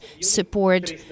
support